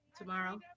tomorrow